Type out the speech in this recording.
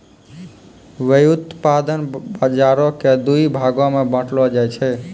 व्युत्पादन बजारो के दु भागो मे बांटलो जाय छै